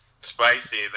spicy